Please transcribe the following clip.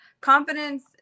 Confidence